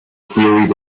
series